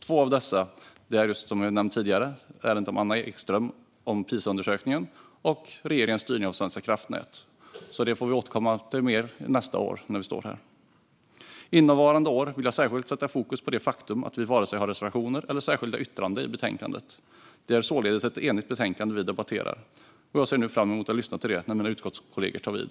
Två av dessa ärenden är, som har nämnts tidigare, ärendet om Anna Ekström och Pisaundersökningen och ärendet om regeringens styrning av Svenska kraftnät. Det får vi återkomma till mer nästa år när vi står här. Innevarande år vill jag särskilt sätta fokus på det faktum att vi varken har reservationer eller särskilda yttranden i betänkandet. Det är således ett enigt betänkande som vi debatterar. Jag ser nu fram emot att lyssna till detta när mina utskottskollegor tar vid.